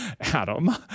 Adam